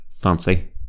Fancy